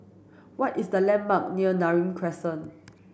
what is the landmark near Neram Crescent